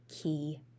key